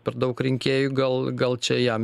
per daug rinkėjų gal gal čia jam